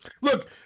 Look